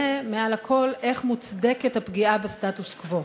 3. ומעל הכול, איך מוצדקת הפגיעה בסטטוס-קוו?